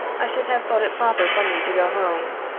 i should have thought it proper for me to go home.